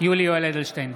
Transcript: יולי יואל אדלשטיין,